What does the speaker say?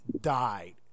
died